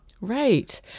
Right